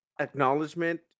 acknowledgement